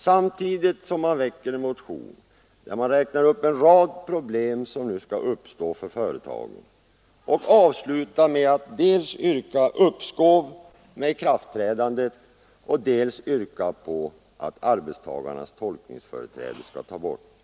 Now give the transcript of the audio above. Samtidigt väcker man en motion där man räknar upp en rad problem som nu skall uppstå för företagen, och man avslutar med att dels yrka uppskov med ikraftträdandet, dels yrka att arbetstagarnas tolkningsföreträde skall tas bort.